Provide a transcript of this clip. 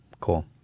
cool